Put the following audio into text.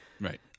right